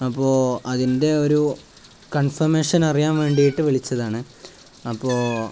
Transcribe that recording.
അപ്പോള് അതിൻ്റെയൊരു കൺഫർമേഷൻ അറിയാൻ വേണ്ടിയിട്ട് വിളിച്ചതാണ് അപ്പോള്